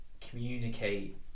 communicate